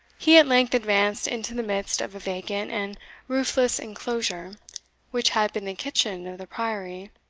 he at length advanced into the midst of a vacant and roofless enclosure which had been the kitchen of the priory,